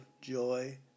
joy